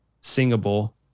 singable